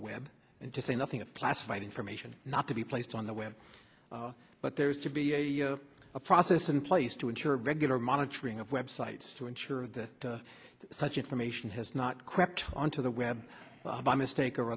the web and to say nothing of classified information not to be placed on the web but there has to be a process in place to ensure regular monitoring of web sites to ensure that such information has not crept onto the web by mistake or